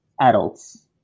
adults